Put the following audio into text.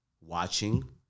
watching